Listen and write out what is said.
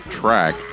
track